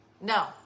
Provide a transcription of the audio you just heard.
No